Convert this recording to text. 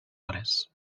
hores